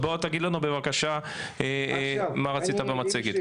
בוא תגיד לנו בבקשה מה רצית במצגת?